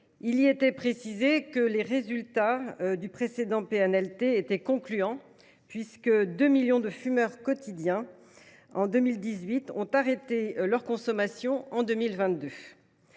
Il y était précisé que les résultats du précédent PNLT étaient concluants, puisque 2 millions de fumeurs quotidiens en 2018 ont cessé leur consommation en 2022.